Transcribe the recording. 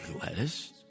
lettuce